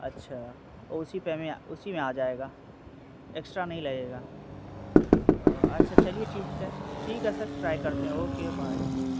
اچھا اور اسی پے میں اسی میں آ جائے گا ایکسٹرا نہیں لگے گا اچھا چلیے ٹھیک ہے ٹھیک ہے سر ٹرائی کرتے ہیں اوکے بائے